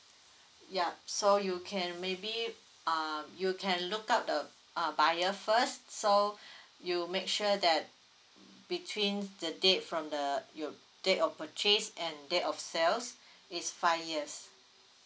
ya so you can maybe uh you can look up the uh buyer first so you make sure that between the date from the you date of purchase and date of sells is five years